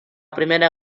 primera